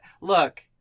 Look